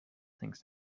things